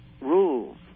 rules